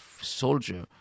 soldier